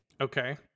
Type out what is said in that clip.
Okay